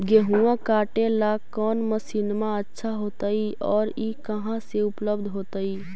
गेहुआ काटेला कौन मशीनमा अच्छा होतई और ई कहा से उपल्ब्ध होतई?